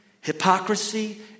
Hypocrisy